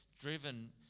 driven